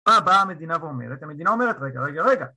באה המדינה ואומרת, המדינה אומרת רגע רגע רגע